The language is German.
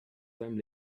seinem